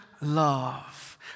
love